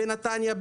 בנתניה,